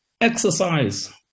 exercise